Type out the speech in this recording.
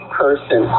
person